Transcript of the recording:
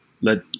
let